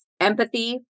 empathy